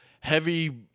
heavy